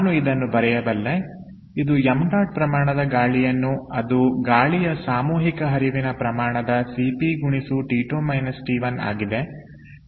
ನಾನು ಇದನ್ನು ಬರೆಯಬಲ್ಲೆ ಇದು 𝑚̇ ಪ್ರಮಾಣದ ಗಾಳಿಯನ್ನು ಅದು ಗಾಳಿಯ ಸಾಮೂಹಿಕ ಹರಿವಿನ ಪ್ರಮಾಣದ ಸಿಪಿ ಗುಣಿಸು T 2 T 1 ಆಗಿದೆ